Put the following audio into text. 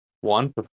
one